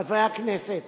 חברי הכנסת,